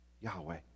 Yahweh